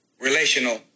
Relational